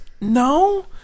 no